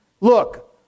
Look